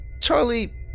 Charlie